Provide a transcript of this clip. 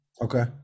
Okay